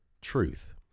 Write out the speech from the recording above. truth